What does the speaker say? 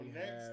next